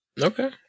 Okay